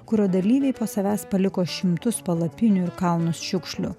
kurio dalyviai po savęs paliko šimtus palapinių ir kalnus šiukšlių